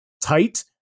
tight